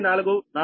844 p